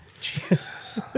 Jesus